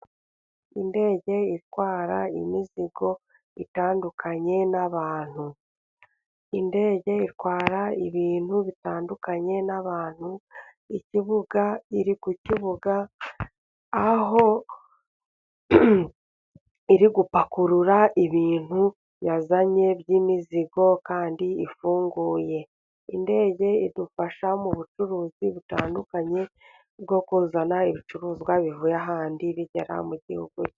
Indege itwara imizigo itandukanye n'abantu. Indege itwara ibintu bitandukanye n'abantu. Ikibuga, iri ku kibuga aho iri gupakurura ibintu yazanye by'imizigo kandi ifunguye. Indege idufasha mu bucuruzi butandukanye bwo kuzana ibicuruzwa, bivuye ahandi bigera mu gihugu.